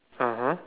(uh huh)